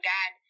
God